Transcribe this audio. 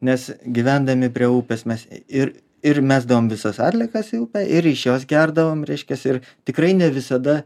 nes gyvendami prie upės mes ir ir mesdavom visas atliekas į upę ir iš jos gerdavom reiškias ir tikrai ne visada